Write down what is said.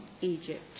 Egypt